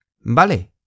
Vale